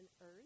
earth